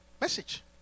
Message